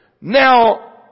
Now